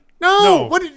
No